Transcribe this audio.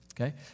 Okay